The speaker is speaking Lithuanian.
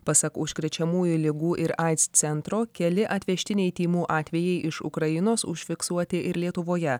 pasak užkrečiamųjų ligų ir aids centro keli atvežtiniai tymų atvejai iš ukrainos užfiksuoti ir lietuvoje